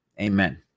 amen